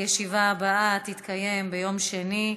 הישיבה הבאה תתקיים ביום שני,